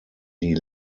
die